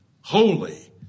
holy